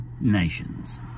nations